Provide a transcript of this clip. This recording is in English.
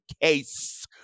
case